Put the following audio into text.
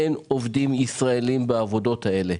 עובדים ישראלים בעבודות האלו.